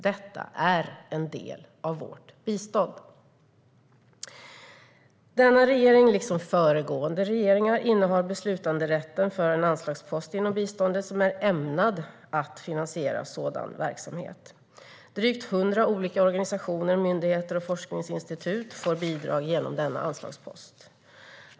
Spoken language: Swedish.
Detta är en del av vårt bistånd. Denna regering, liksom föregående regeringar, innehar beslutanderätten för en anslagspost inom biståndet som är ämnad att finansiera sådan verksamhet. Drygt hundra olika organisationer, myndigheter och forskningsinstitut får bidrag genom denna anslagspost.